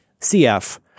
CF